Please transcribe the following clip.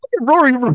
Rory